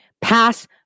pass